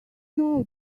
know